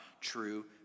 true